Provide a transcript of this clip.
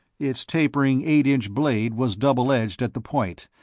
its tapering eight-inch blade was double-edged at the point,